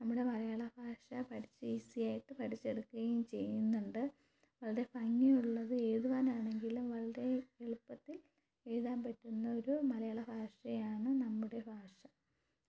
നമ്മുടെ മലയാള ഭാഷ പഠിച്ച് ഈസിയായിട്ട് പഠിച്ച് എടുക്കുകയും ചെയ്യുന്നുണ്ട് വളരെ ഭംഗിയുള്ളതും എഴുതുവാനാണെങ്കിലും വളരെ എളുപ്പത്തിൽ എഴുതാൻ പറ്റുന്ന ഒരു മലയാള ഭാഷയാണ് നമ്മുടെ ഭാഷ